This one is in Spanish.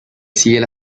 sigue